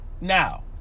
Now